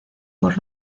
por